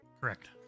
Correct